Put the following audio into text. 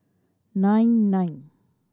nine nine